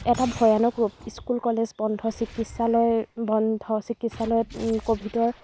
এটা ভয়ানক ৰূপ স্কুল কলেজ বন্ধ চিকিৎসালয় বন্ধ চিকিৎসালয়ত ক'ভিডৰ